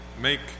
make